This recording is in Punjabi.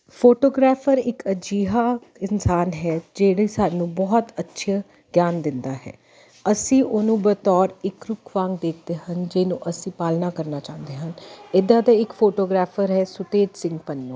ਫੋਟੋਗ੍ਰਾਫਰ ਇੱਕ ਅਜਿਹਾ ਇਨਸਾਨ ਹੈ ਜਿਹੜੇ ਸਾਨੂੰ ਬਹੁਤ ਅੱਛੇ ਗਿਆਨ ਦਿੰਦਾ ਹੈ ਅਸੀਂ ਉਹਨੂੰ ਬਤੌਰ ਇੱਕ ਰੁੱਖ ਵਾਂਗ ਦੇਖਦੇ ਹਨ ਜਿਹਨੂੰ ਅਸੀਂ ਪਾਲਣਾ ਕਰਨਾ ਚਾਹੁੰਦੇ ਹਨ ਇੱਦਾਂ ਦੇ ਇੱਕ ਫੋਟੋਗ੍ਰਾਫਰ ਹੈ ਸੁਤੇਤ ਸਿੰਘ ਪੰਨੂੰ